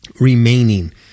remaining